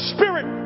Spirit